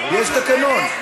יש תקנון.